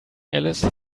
alice